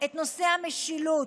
את נושא המשילות,